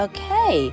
Okay